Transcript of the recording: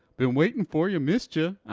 been waitin' for you. missed ya. aw,